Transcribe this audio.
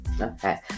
okay